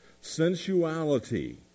Sensuality